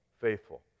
faithful